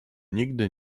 nigdy